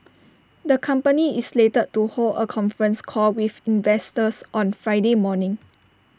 the company is slated to hold A conference call with investors on Friday morning